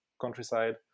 countryside